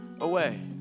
away